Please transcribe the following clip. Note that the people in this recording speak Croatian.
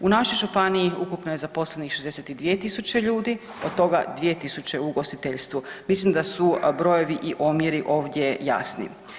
U našoj županiji ukupno je zaposlenih 62.000 ljudi od toga 2.000 u ugostiteljstvu, mislim da su brojevi i omjeri ovdje jasni.